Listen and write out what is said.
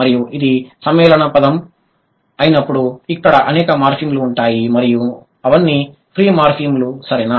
మరియు ఇది సమ్మేళనం పదం అయినప్పుడు ఇక్కడ అనేక మార్ఫిమ్లు ఉంటాయి మరియు అవన్నీ ఫ్రీ మార్ఫిమ్ లు సరేనా